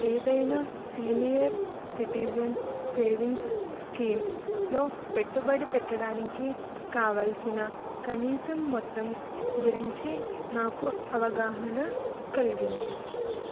ఏదైనా senior citizen savings స్కీమ్లో పెట్టుబడి పెట్టడానికి కావల్సిన కనీసం మొత్తం గురించి నాకు అవగాహన కలిగించు